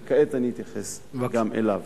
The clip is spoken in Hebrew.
וכעת אני אתייחס גם אליו.